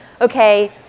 okay